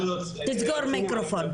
לסגור מיקרופון.